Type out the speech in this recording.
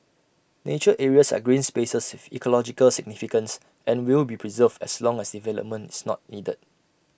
nature areas are green spaces with ecological significance and will be preserved as long as development is not needed